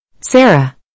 Sarah